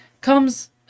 comes